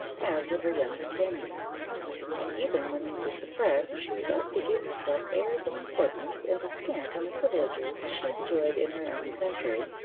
as with her young companions and even when these were suppressed, she was apt to give herself airs of importance, and descant on the privileges she enjoyed in her own country,